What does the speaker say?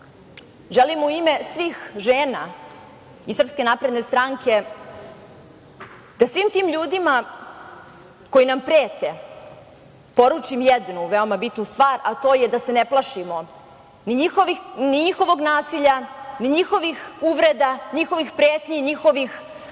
želim u ime svih žena iz SNS da svim tim ljudima koji nam prete poručim jednu veoma bitnu stvar, a to je da se ne plašimo ni njihovog nasilja, ni njihovih uvreda, njihovih pretnji, njihovih